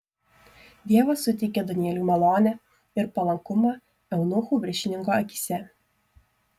dievas suteikė danieliui malonę ir palankumą eunuchų viršininko akyse